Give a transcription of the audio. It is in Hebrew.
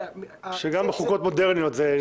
גם בחוקות מודרניות מכניסים את זה.